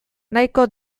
nahiko